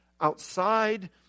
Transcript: outside